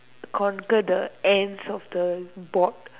conquer the ends of the board